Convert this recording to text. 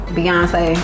Beyonce